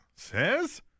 Says